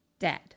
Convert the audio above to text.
dead